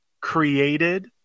created